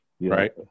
right